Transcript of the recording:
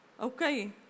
Okay